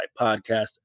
podcast